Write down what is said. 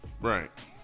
right